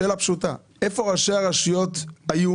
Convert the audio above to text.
שואל, איפה ראשי הרשויות היו